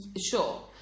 sure